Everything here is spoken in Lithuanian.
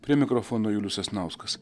prie mikrofono julius sasnauskas